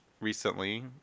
recently